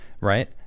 right